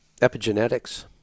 Epigenetics